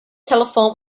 telephoned